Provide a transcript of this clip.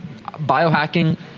biohacking